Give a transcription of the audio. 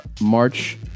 March